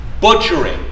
butchering